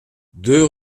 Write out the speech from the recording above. deux